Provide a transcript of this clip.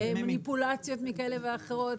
לא היה מי שישתמש בו למניפולציות כאלה ואחרות.